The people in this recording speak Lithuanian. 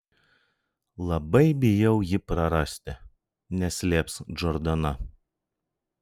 labai bijau jį prarasti neslėps džordana